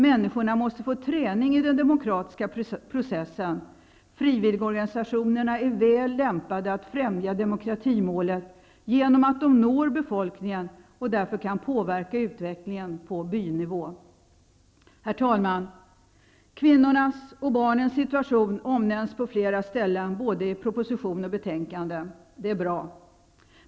Människorna måste få träning i den demokratiska processen. Frivilligorganisationerna är väl lämpade att främja demokratimålet genom att de når befolkningen och därför kan påverka utvecklingen på bynivå. Herr talman! Kvinnornas och barnens situation omnämns på flera ställen i både proposition och betänkande. Det är bra.